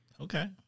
Okay